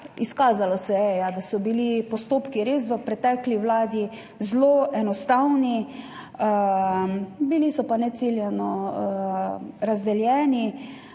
izkazalo se je, da so bili postopki v pretekli vladi res zelo enostavni, bili so pa neciljno razdeljeni